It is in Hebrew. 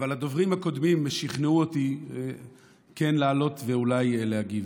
אבל הדוברים הקודמים שכנעו אותי כן לעלות ואולי להגיב.